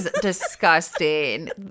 disgusting